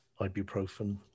Ibuprofen